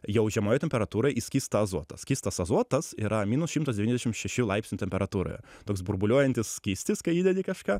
jau žemoje temperatūroj į skystą azotą skystas azotas yra minus šimtas devyniasdešim šeši laipsnių temperatūroje toks burbuliuojantis skystis kai įdedi kažką